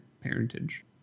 parentage